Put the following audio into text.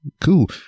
cool